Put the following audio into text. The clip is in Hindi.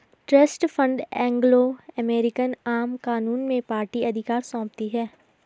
ट्रस्ट फण्ड एंग्लो अमेरिकन आम कानून में पार्टी अधिकार सौंपती है